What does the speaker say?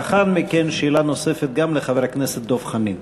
לאחר מכן, שאלה נוספת גם לחבר הכנסת דב חנין.